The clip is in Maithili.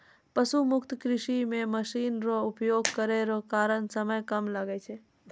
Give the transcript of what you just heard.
पशु मुक्त कृषि मे मशीन रो उपयोग करै रो कारण समय कम लागै छै